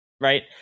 Right